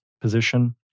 position